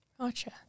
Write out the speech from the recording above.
Gotcha